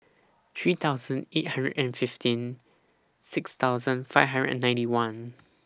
three thousand eight hundred and fifteen six thousand five hundred and ninety one